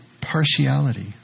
partiality